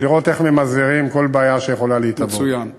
לראות איך ממזערים כל בעיה שיכולה להתהוות.